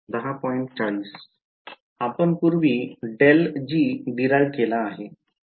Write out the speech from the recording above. आपण पूर्वी ∇g derive केला आहे